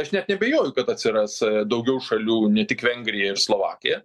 aš net neabejoju kad atsiras daugiau šalių ne tik vengrija ir slovakija